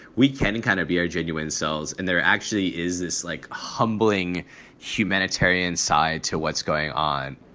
we can kind of be our genuine selves and there actually is this like humbling humanitarian side to what's going on.